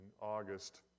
August